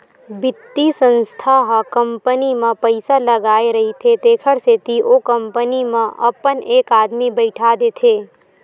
बित्तीय संस्था ह कंपनी म पइसा लगाय रहिथे तेखर सेती ओ कंपनी म अपन एक आदमी बइठा देथे